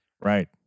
Right